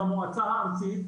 במועצה הארצית,